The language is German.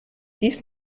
dies